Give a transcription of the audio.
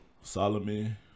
Solomon